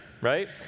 right